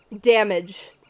damage